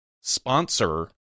sponsor